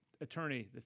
attorney